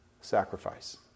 sacrifice